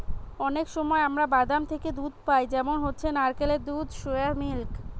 অনেক সময় আমরা বাদাম থিকে দুধ পাই যেমন হচ্ছে নারকেলের দুধ, সোয়া মিল্ক